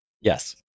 Yes